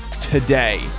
Today